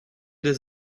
des